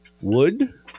wood